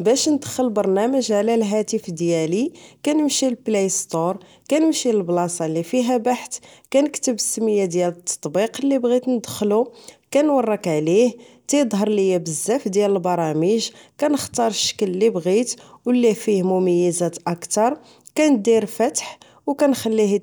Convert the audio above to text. باش ندخل برنامج على الهاتف ديالي كنمشي البلاي ستور كنمشي لبلاصة اللي فيها بحث كنكتب السمية ديال التطبيق اللي بغيت ندخل كنورك عليه تظهر ليا بزاف ديال البرامج نختار الشكل اللي بغيت واللي فيه مميزات اكثر كندير فتح ونخليه